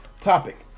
Topic